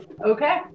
Okay